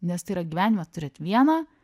nes tai yra gyvenimas turit vieną